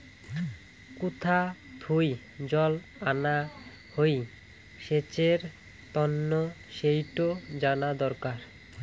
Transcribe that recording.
কুথা থুই জল আনা হই সেচের তন্ন সেইটো জানা দরকার